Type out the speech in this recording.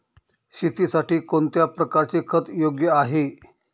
शेतीसाठी कोणत्या प्रकारचे खत योग्य आहे?